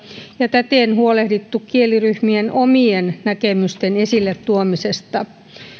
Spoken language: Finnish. ja täten huolehdittu kieliryhmien omien näkemysten esille tuomisesta